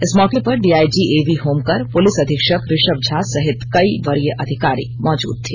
इस मौके पर डीआईजी एवी होमकर पुलिस अधीक्षक ऋषभ झा सहित कई वरीय अधिकारी मौजूद थे